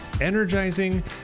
energizing